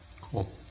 Cool